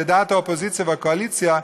לדעת האופוזיציה והקואליציה,